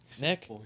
Nick